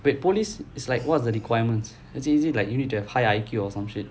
wait police it's like what's the requirements is it like you need to have high I_Q or some shit